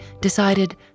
decided